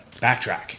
Backtrack